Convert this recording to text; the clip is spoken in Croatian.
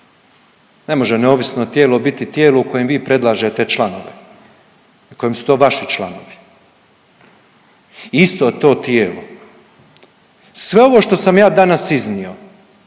Ne može neovisno tijelo biti tijelo u kojem vi predlažete članove u kojem su to vaši članovi. Isto to tijelo sve ovo što sam ja danas iznio